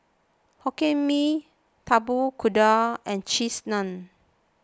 Hokkien Mee Tapak Kuda and Cheese Naan